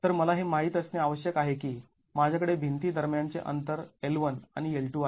तर मला हे माहीत असणे आवश्यक आहे की माझ्याकडे भिंती दरम्यानचे अंतर L 1 आणि L 2 आहे